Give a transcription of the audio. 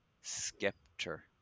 scepter